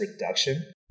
reduction